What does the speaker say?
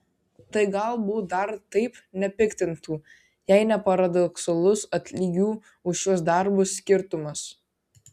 tai galbūt dar taip nepiktintų jei ne paradoksalus atlygių už šiuos darbus skirtumas